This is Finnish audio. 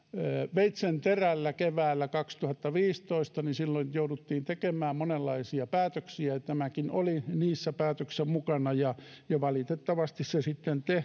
veitsenterällä keväällä kaksituhattaviisitoista niin silloin jouduttiin tekemään monenlaisia päätöksiä tämäkin oli niissä päätöksissä mukana ja valitettavasti se sitten